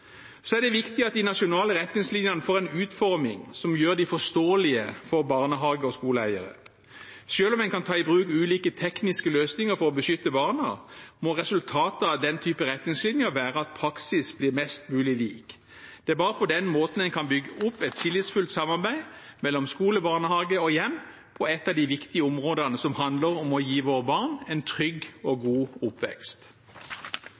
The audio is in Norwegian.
Så er det viktig at de nasjonale retningslinjene får en utforming som gjør dem forståelige for barnehage- og skoleeiere. Selv om en kan ta i bruk ulike tekniske løsninger for å beskytte barna, må resultatet av den type retningslinjer være at praksis blir mest mulig lik. Det er bare på den måten en kan bygge opp et tillitsfullt samarbeid mellom skole, barnehage og hjem på et av de viktige områdene som handler om å gi våre barn en trygg og